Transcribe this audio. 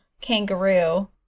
kangaroo